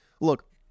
Look